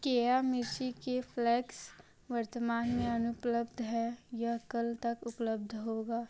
केया मिर्ची के फ्लैक्स वर्तमान में अनुपलब्ध है यह कल तक उपलब्ध होगा